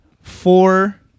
four